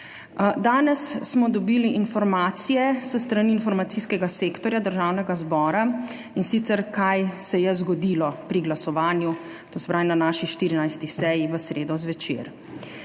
Danes smo dobili informacije s strani Informacijskega sektorja Državnega zbora, in sicer kaj se je zgodilo pri glasovanju, to se pravi na naši 14. seji v sredo zvečer.